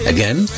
Again